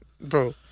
bro